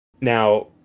now